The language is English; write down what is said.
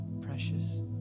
precious